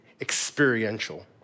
experiential